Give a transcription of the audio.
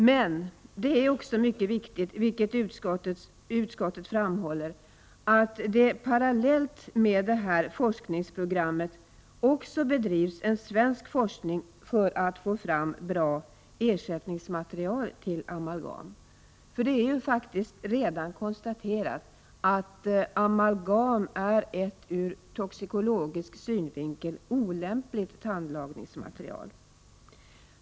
Men det är också mycket viktigt, vilket utskottet framhåller, att det parallellt med detta forskningsprogram också bedrivs en svensk forskning för att få fram bra ersättningsmaterial till amalgam. Det har redan konstaterats att amalgam är ett ur toxikologisk synvinkel olämpligt tandlagningsmaterial.